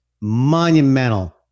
monumental